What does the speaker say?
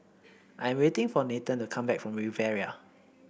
I'm waiting for Nathen to come back from Riviera